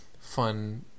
fun